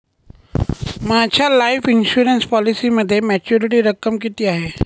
माझ्या life insurance पॉलिसीमध्ये maturity रक्कम किती आहे?